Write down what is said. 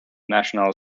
national